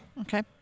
Okay